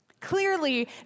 Clearly